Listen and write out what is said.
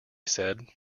said